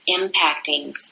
impacting